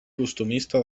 costumista